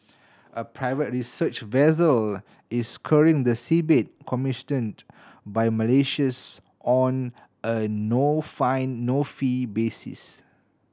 a private research vessel is scouring the seabed commissioned by Malaysia's on a no find no fee basis